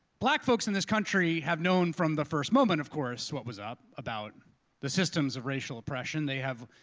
black folks in this country have known from the first moment, of course, what was up about the systems of racial oppression. they have,